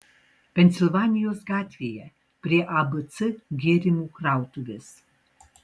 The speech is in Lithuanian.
pensilvanijos gatvėje prie abc gėrimų krautuvės